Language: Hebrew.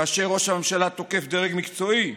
כאשר ראש הממשלה תוקף דרג מקצועי,